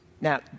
Now